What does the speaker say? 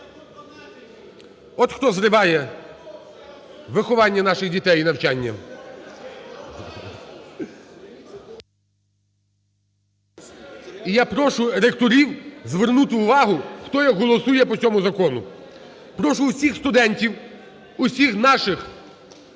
От хто зриває виховання наших дітей і навчання. І я прошу ректорів звернути увагу, хто як голосує по цьому закону. Прошу усіх студентів, усіх наших